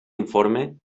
informe